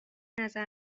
نظر